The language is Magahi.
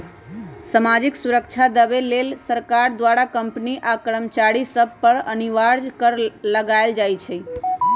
सामाजिक सुरक्षा देबऐ लेल सरकार द्वारा कंपनी आ कर्मचारिय सभ पर अनिवार्ज कर लगायल जाइ छइ